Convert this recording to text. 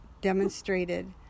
demonstrated